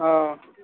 ହଁ